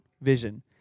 vision